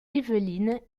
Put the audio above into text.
evelyn